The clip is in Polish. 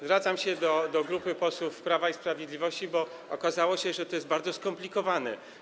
Zwracam się do grupy posłów Prawa i Sprawiedliwości, bo okazało się, że to jest bardzo skomplikowane.